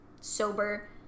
sober